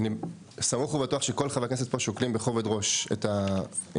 אני סמוך ובטוח שכל חברי הכנסת פה שוקלים בכובד ראש את העניין.